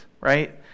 right